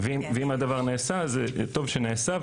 ואם הדבר נעשה אז טוב שנעשה,